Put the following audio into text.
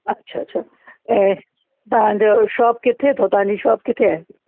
अच्छा अच्छा ऐं तव्हांजो शॉप किथे अथव तव्हांजू शॉप किथे आहे